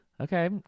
Okay